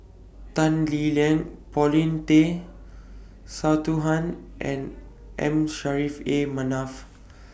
Tan Lee Leng Paulin Tay Straughan and M Saffri A Manaf